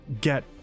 get